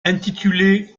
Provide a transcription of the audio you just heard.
intitulé